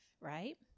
right